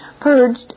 purged